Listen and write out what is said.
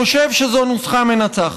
חושב שזו נוסחה מנצחת.